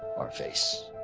our face.